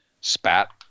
spat